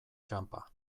txanpa